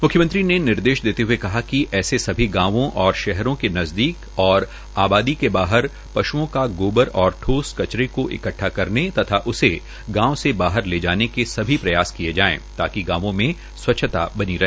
म्ख्यमंत्री ने निर्देश देते हए कहा कि ऐसे सभी गांवों व शहरों के नजदीक और आबादी के बाहर पश्ओं का गोबर और ठोस कचरे को इकद्वा करने तथा उसे गांव से बाहर ले जाने के सभी प्रयास किए जाएं ताकि गांवों में स्वच्छता बनी रहे